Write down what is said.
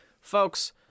folks